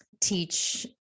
teach